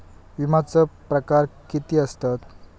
विमाचे प्रकार किती असतत?